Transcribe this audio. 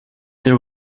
there